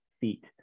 feet